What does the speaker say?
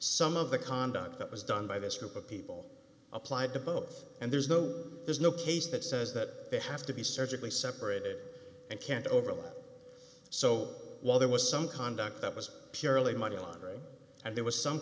some of the conduct that was done by this group of people applied to both and there's no there's no case that says that they have to be surgically separate and can't overlook so while there was some conduct that was purely money laundering and there was some